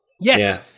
Yes